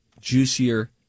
juicier